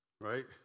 right